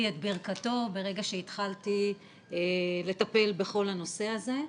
את ברכתו ברגע שהתחלתי לטפל בכל הנושא הזה.